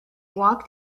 walked